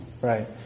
Right